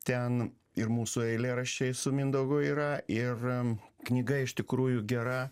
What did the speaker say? ten ir mūsų eilėraščiai su mindaugu yra ir knyga iš tikrųjų gera